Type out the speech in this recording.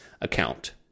account